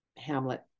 Hamlet